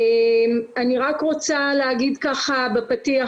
אני רק רוצה להגיד בפתיח,